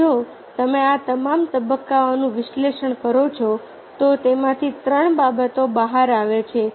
અને જો તમે આ તમામ તબક્કાઓનું વિશ્લેષણ કરો છો તો તેમાંથી ત્રણ બાબતો બહાર આવે છે